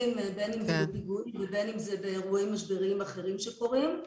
בין אם זה בפיגועים ובין באירועי משבר אחרים שקורים.